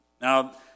Now